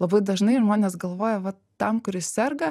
labai dažnai žmonės galvoja vat tam kuris serga